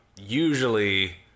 usually